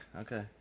Okay